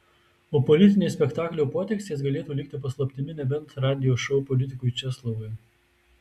o politinės spektaklio potekstės galėtų likti paslaptimi nebent radijo šou politikui česlovui